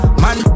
man